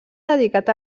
dedicat